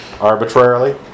arbitrarily